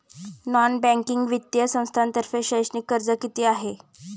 Non banking वित्तीय संस्थांतर्फे शैक्षणिक कर्ज किती आहे?